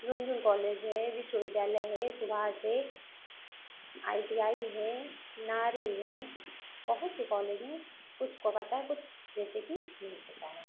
रुनझुन college है विश्वविद्यालय है सुभाष है आई टी आई है नारी है बहुत से कॉलेज हैं कुछ को पता है कुछ जैसे कि नहीं पता है